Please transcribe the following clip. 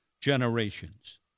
generations